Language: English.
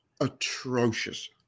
atrocious